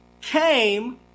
came